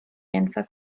genfer